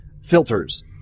filters